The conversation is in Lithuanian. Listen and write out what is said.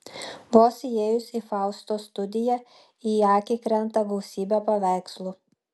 vos įėjus į faustos studiją į akį krenta gausybė paveikslų